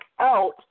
out